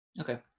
Okay